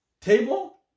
Table